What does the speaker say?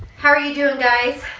how are you doin' guys?